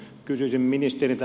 kysyisin ministeriltä